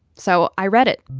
so i read it